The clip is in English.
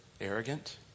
arrogant